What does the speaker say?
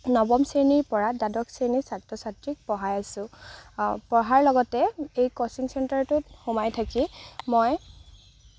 নৱম শ্ৰেণীৰ পৰা দ্বাদশ শ্ৰেণীৰ ছাত্ৰ ছাত্ৰীক পঢ়াই আছোঁ পঢ়াৰ লগতে এই কছিং চেণ্টাৰটোত সোমাই থাকি মই